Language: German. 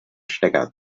stecker